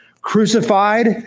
crucified